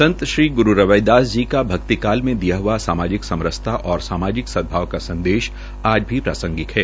संत श्री गुरू रविदास जी का भक्तिकाल में दिया हआ सामाजिक समरसता और सामाजिक सदभाव का संदेश आज भी प्रासंगिक है